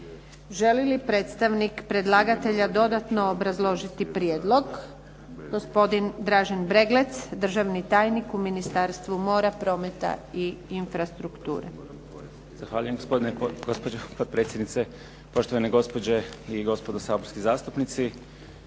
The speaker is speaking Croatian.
Želi li predstavnik predlagatelja dodatno obrazložiti prijedlog? Gospodin Dražen Breglec, državni tajnik u Ministarstvu mora, prometa i infrastrukture. **Breglec, Dražen** Zahvaljujem gospođo potpredsjednice, poštovane gospođe i gospodo saborski zastupnici.